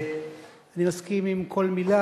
אני מסכים עם כל מלה.